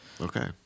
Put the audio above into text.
Okay